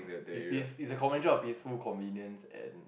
is peace is the conventual of peaceful convenient and